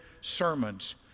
sermons